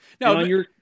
No